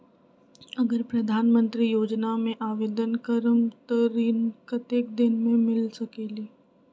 अगर प्रधानमंत्री योजना में आवेदन करम त ऋण कतेक दिन मे मिल सकेली?